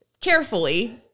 carefully